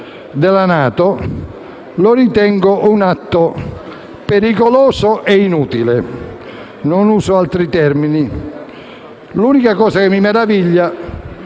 della NATO, lo ritengo un atto pericoloso e inutile, non uso altri termini. L'unica cosa che mi meraviglia